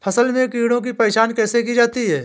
फसल में कीड़ों की पहचान कैसे की जाती है?